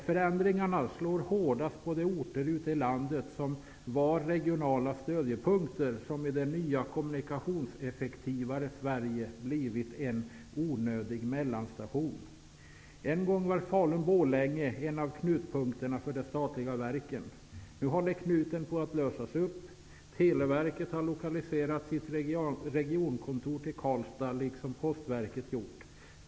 Förändringarna slår hårdast på de orter ute i landet som var regionala stödjepunkter och som i det nya kommunikationseffektivare Sverige blivit onödiga mellanstationer. En gång var Falun--Borlänge en av knutpunkterna för de statliga verken. Nu håller knuten på att lösas upp. Televerket har lokaliserat sitt regionkontor till Karlstad, vilket även Postverket gjort.